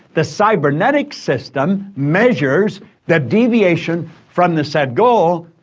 the cybernetic system measures the deviation from the set goal,